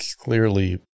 clearly